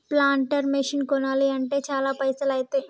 planter machine కొనాలి అంటే చాల పైసల్ ఐతాయ్